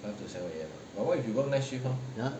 !huh!